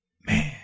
man